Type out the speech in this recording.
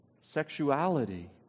sexuality